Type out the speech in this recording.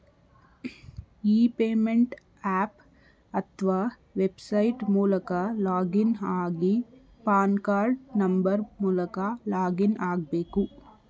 E payment app ಅತ್ವ website ಮೂಲಕ login ಆಗಿ ಪಾನ್ ಕಾರ್ಡ್ ನಂಬರ್ ಮೂಲಕ ಲಾಗಿನ್ ಆಗ್ಬೇಕು